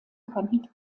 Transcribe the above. kann